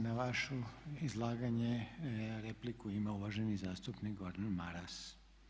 Na vaše izlaganje repliku ima uvaženi zastupnik Gordan Maras.